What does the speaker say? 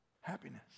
happiness